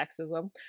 sexism